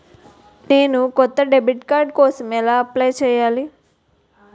నేను కొత్త debit card కోసం ఎలా అప్లయ్ చేయాలి?